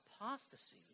apostasy